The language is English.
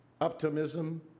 optimism